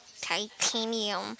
titanium